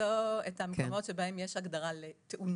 ולמצוא את המקומות שבהם יש הגדרה לתאונה.